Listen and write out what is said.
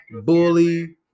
bully